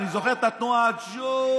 אני זוכר את התנועה, הג'ובים.